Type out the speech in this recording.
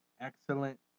excellent